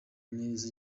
neza